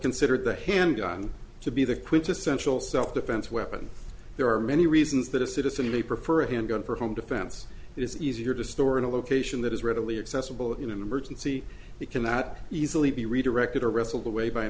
considered the handgun to be the quintessential self defense weapon there are many reasons that a citizen may prefer a handgun for home defense it is easier to store in a location that is readily accessible in an emergency they cannot easily be redirected or wrestle the way by an